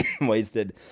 wasted